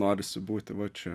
norisi būti va čia